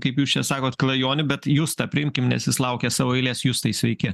kaip jūs čia sakot klajonių bet justą priimkim nes jis laukia savo eiles justai sveiki